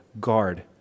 guard